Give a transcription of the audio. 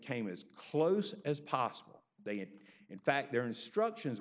came as close as possible they had in fact their instructions